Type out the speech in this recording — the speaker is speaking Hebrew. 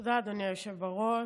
תודה, אדוני היושב בראש.